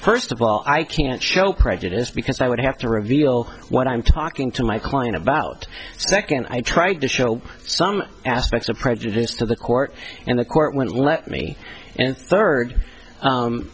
first of all i can't show prejudice because i would have to reveal what i'm talking to my client about second i tried to show some aspects of prejudice to the court and the court went and let me in third